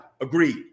Agreed